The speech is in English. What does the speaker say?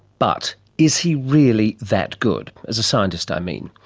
but is he really that good, as a scientist i mean?